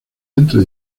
entre